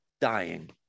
dying